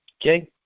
Okay